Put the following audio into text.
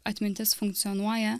atmintis funkcionuoja